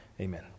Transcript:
Amen